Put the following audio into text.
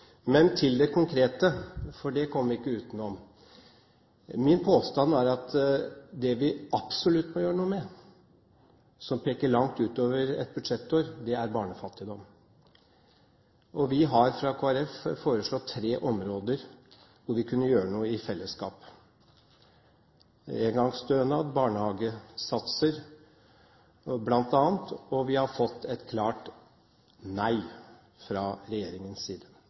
Men til det konkrete, for det kommer vi ikke utenom. Min påstand er at det vi absolutt bør gjøre noe med, og som peker langt utover et budsjettår, er barnefattigdom. Vi har fra Kristelig Folkepartis side foreslått tre områder hvor vi kan gjøre noe i fellesskap, bl.a. når det gjelder engangsstønad og barnehagesatser. Vi har fått et klart nei fra regjeringens side.